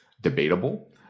debatable